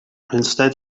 instead